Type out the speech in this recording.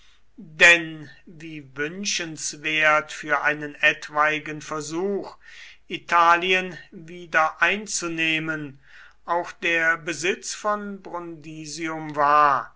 denn wie wünschenswert für einen etwaigen versuch italien wieder einzunehmen auch der besitz von brundisium war